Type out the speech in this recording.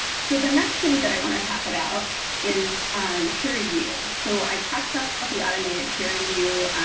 so the next thing that i want to talk about is peer review. so i talked about but the automated peer review.